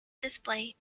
display